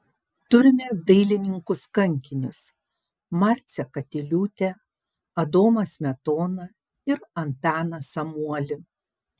turime dailininkus kankinius marcę katiliūtę adomą smetoną ir antaną samuolį